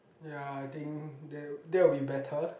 ya I think that that would be better